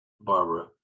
Barbara